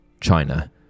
China